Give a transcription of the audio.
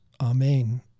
Amen